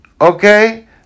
okay